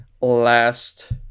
Last